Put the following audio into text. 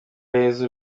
aheza